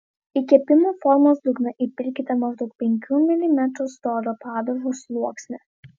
į kepimo formos dugną įpilkite maždaug penkių milimetrų storio padažo sluoksnį